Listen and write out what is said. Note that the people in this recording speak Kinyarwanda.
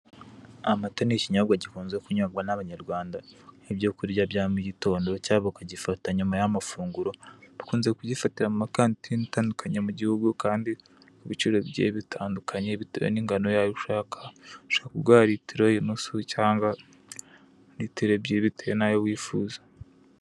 Amata ni ikinyobwa gikunze kunyobwa n'ananyarwanda. Nk'ibyo kurya abya mugitondo, cya bakagifata nyuma y'amafunguro, bakunze kugifatira mu makantine atandukanye mu gihugu, kandi ku biciro bigiye bitandukanye bitewe ningano y'ayo ushaka, bashobora kuguha litiro, inusu, cyangwa litiro ebyiri, bitewe n'ayo wifuza.